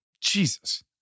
Jesus